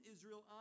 Israel